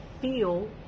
feel